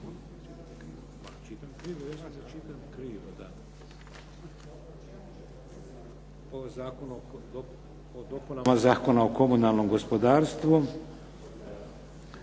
Zakona o komunalnom gospodarstvu.